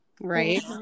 Right